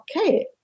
okay